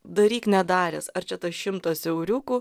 daryk nedaręs ar čia tas šimtas euriukų